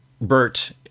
Bert